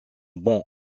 banc